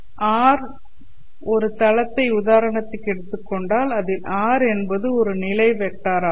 vector r நான் ஒரு தளத்தை உதாரணத்திற்கு எடுத்துக் கொண்டால் அதில் r என்பது ஒரு நிலை வெக்டர் ஆகும்